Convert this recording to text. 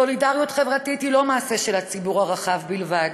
סולידריות חברתית היא לא מעשה של הציבור הרחב בלבד.